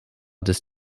des